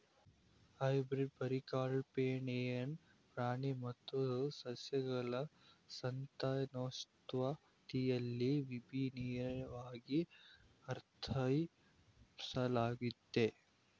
hybrid ಪರಿಕಲ್ಪನೆಯನ್ನ ಪ್ರಾಣಿ ಮತ್ತು ಸಸ್ಯಗಳ ಸಂತಾನೋತ್ಪತ್ತಿಯಲ್ಲಿ ವಿಭಿನ್ನವಾಗಿ ಅರ್ಥೈಸಲಾಗುತ್ತೆ